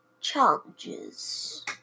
challenges